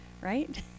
right